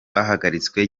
bahagaritswe